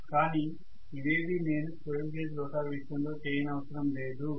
కానీ ఇవేవి నేను స్క్విరెల్ కేజ్ రోటర్ విషయంలో చేయనవసరం లేదు